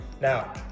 Now